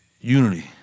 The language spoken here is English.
unity